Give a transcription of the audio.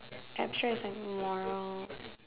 abstract is like moral